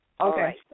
Okay